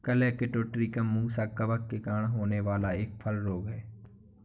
colletotrichum musa कवक के कारण होने वाला एक फल रोग है